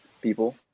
people